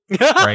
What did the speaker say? right